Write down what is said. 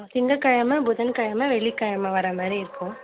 திங்கள் கிழம புதன் கிழம வெள்ளி கிழம வர மாதிரி இருக்கும்